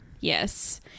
yes